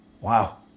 Wow